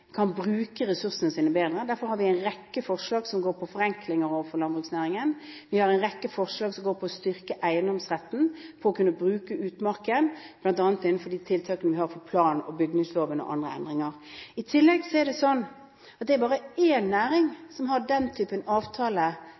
kan bruke ressursene sine bedre. Derfor har vi en rekke forslag som går på forenklinger i landbruksnæringen. Vi har en rekke forslag som går på å styrke eiendomsretten for å kunne bruke utmarken, bl.a. gjennom de tiltakene vi har som gjelder plan- og bygningsloven og andre endringer. I tillegg er det sånn at det er bare én næring som har den typen avtale